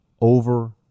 over